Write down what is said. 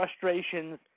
frustrations